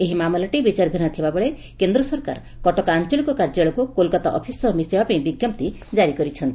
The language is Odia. ଏହି ମାମଲାଟି ବିଚାରାଧୀନ ଥିବା ବେଳେ କେନ୍ଦ୍ର ସରକାର କଟକ ଆଞ୍ଞଳିକ କାର୍ଯ୍ୟାଳୟକୁ କୋଲକାତା ଅଫିସ୍ ସହ ମିଶାଇବା ପାଇଁ ବିଙ୍କପ୍ତି ଜାରି କରିଛନ୍ତି